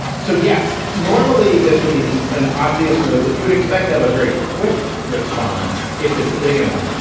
so, yes, normally this would be the an obvious move that you would expect to have a very quick response if it's big enough.